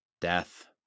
death